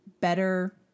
better